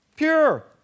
Pure